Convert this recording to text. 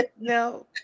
No